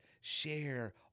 share